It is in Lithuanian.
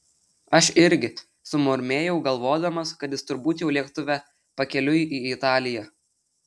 aš irgi sumurmėjau galvodamas kad jis turbūt jau lėktuve pakeliui į italiją